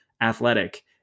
athletic